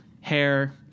hair